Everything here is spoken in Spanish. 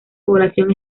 población